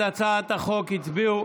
התשפ"ב 2021,